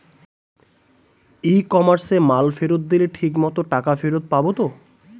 ই কমার্সে মাল ফেরত দিলে ঠিক মতো টাকা ফেরত পাব তো?